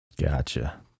gotcha